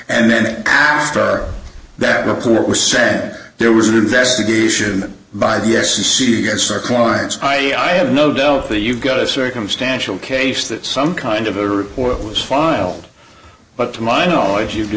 and then after that the poor were sent there was an investigation by the f c c against our clients i e i have no doubt that you've got a circumstantial case that some kind of a report was filed but to my knowledge